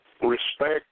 respect